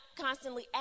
constantly